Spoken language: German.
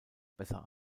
besser